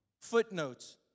footnotes